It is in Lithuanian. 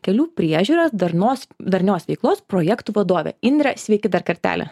kelių priežiūros darnos darnios veiklos projektų vadovė indre sveiki dar kartelį